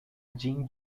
din